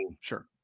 sure